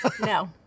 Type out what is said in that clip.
no